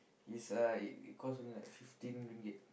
is like it cost only like fifteen ringgit